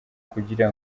kugira